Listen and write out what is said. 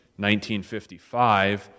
1955